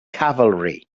cavalry